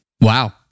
wow